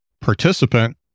Participant